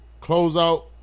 closeout